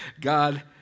God